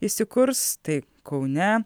įsikurs tai kaune